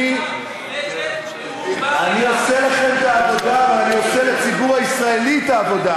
אני, תהיה כאן, מוחלטת מנאום בר-אילן.